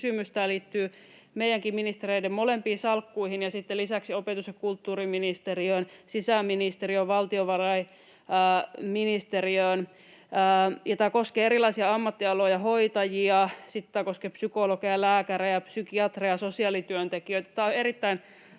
tämä liittyy meidänkin molempien ministereiden salkkuihin ja sitten lisäksi opetus- ja kulttuuriministeriöön, sisäministeriöön, valtiovarainministeriöön, ja tämä koskee erilaisia ammattialoja, hoitajia, sitten tämä koskee psykologeja, lääkäreitä, psykiatreja, sosiaalityöntekijöitä.